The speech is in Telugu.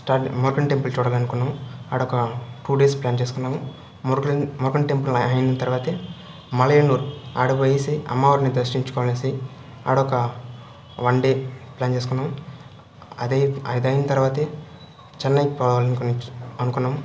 స్టార్టింగ్ మురుగన్ టెంపుల్ చూడాలని అనుకున్నాము ఆడొక టూ డేస్ ప్లాన్ చేసుకున్నాము మురుగన్ మురుగన్ టెంపుల్ అయిన తర్వాత మలయనూరు ఆడకిపోయేసి అమ్మవారిని దర్శించుకొనేసి ఆడొక వన్ డే ప్లాన్ చేసుకున్నాము అది అదైన తర్వాత చెన్నై పోవాలని అనుకున్నాము